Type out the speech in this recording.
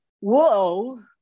whoa